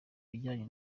bijyanye